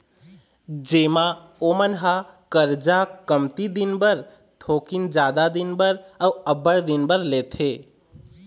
जेमा ओमन ह करजा कमती दिन बर, थोकिन जादा दिन बर, अउ अब्बड़ दिन बर लेथे